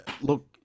look